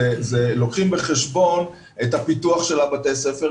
לוקחים בחשבון את הפיתוח של בתי הספר,